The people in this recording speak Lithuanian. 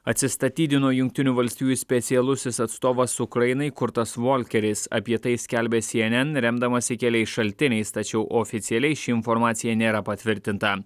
atsistatydino jungtinių valstijų specialusis atstovas ukrainai kurtas volkeris apie tai skelbia cnn remdamasi keliais šaltiniais tačiau oficialiai ši informacija nėra patvirtinta